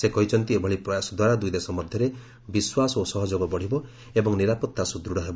ସେ କହିଛନ୍ତି ଏଭଳି ପ୍ରୟାସ ଦ୍ୱାରା ଦୁଇଦେଶ ମଧ୍ୟରେ ବିଶ୍ୱାସ ଓ ସହଯୋଗ ବଢ଼ିବ ଏବଂ ନିରାପତ୍ତା ସୁଦୃଢ଼ ହେବ